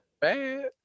bad